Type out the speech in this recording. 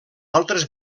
altres